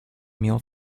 meal